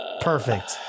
Perfect